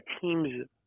teams